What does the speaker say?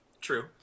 True